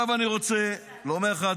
עכשיו אני רוצה לומר לך,